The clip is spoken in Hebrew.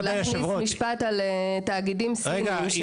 בתאגידים סיניים,